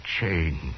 change